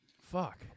Fuck